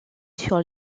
sur